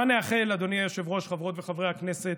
מה נאחל, אדוני היושב-ראש, חברות וחברי הכנסת,